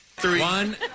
One